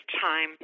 time